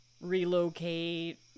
relocate